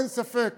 אין ספק